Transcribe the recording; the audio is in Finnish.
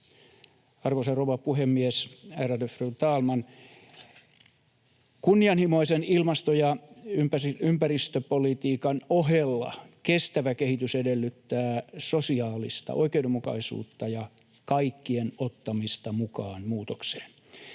Arvoisa rouva puhemies, ärade fru talman! Kunnianhimoisen ilmasto‑ ja ympäristöpolitiikan ohella kestävä kehitys edellyttää sosiaalista oikeudenmukaisuutta ja kaikkien ottamista mukaan muutokseen.